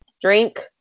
drink